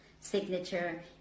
Signature